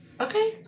Okay